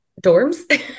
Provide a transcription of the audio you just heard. dorms